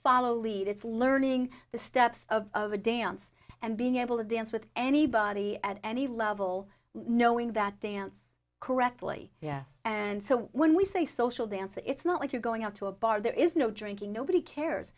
follow the lead it's learning the steps of the dance and being able to dance with anybody at any level knowing that dance correctly yes and so when we say social dance it's not like you're going out to a bar there is no drinking nobody cares